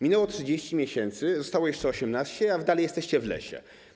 Minęło 30 miesięcy, zostało jeszcze 18, a dalej jesteście w lesie.